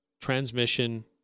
transmission